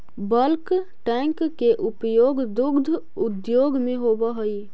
bulk tank के उपयोग दुग्ध उद्योग में होवऽ हई